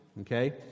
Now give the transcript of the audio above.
okay